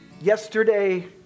yesterday